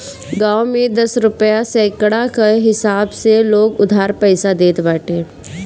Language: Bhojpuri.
गांव में दस रुपिया सैकड़ा कअ हिसाब से लोग उधार पईसा देत बाटे